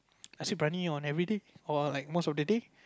nasi-briyani on every day or like most of the day